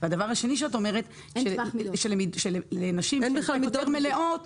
ודבר שני שאת אומרת הוא שלנשים קצת יותר מלאות